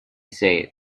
said